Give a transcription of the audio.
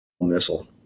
missile